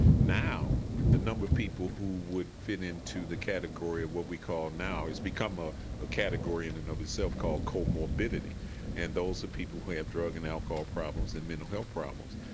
now the number of people who would fit into the category of what we call now has become a ah category and and in itself called co-morbidity and those are people who have drug and alcohol problems and mental health problems.